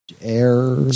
Air